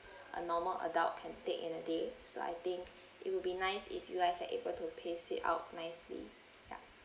a normal adult can take in a day so I think it would be nice if you guys are able to pace it out nicely ya